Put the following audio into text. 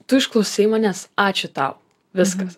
tu išklausei manęs ačiū tau viskas